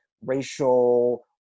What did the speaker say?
racial